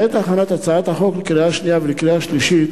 בעת הכנת הצעת החוק לקריאה שנייה ולקריאה שלישית